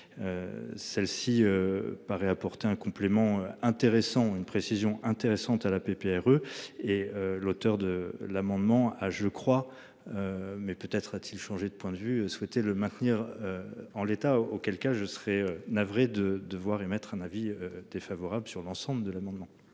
Celle-ci. Paraît apporter un complément intéressant une précision intéressante à la paix, Pierre et l'auteur de l'amendement. Ah je crois. Mais peut-être a-t-il changé de point de vue souhaitez le maintenir. En l'état, auquel cas je serais navré de devoir émettre un avis défavorable sur l'ensemble de l'amendement.